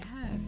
Yes